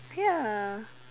ya